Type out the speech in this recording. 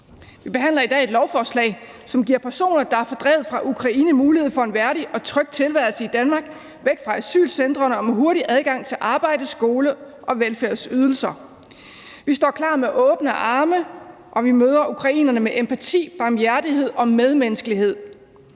Vi behandler i dag et lovforslag, som giver personer, der er fordrevet fra Ukraine, mulighed for en værdig og tryg tilværelse i Danmark, væk fra asylcentrene og med hurtig adgang til arbejde, skole og velfærdsydelser. Vi står klar med åbne arme, og vi møder ukrainerne med empati, barmhjertighed og medmenneskelighed.